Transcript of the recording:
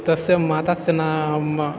तस्य मातुः नाम